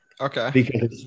okay